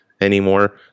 anymore